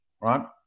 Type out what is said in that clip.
right